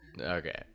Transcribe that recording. Okay